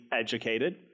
educated